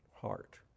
heart